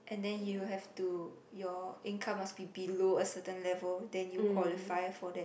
and then you have to your income must be below a certain level then you qualified for that